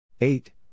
Eight